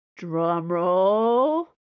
drumroll